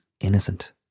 innocent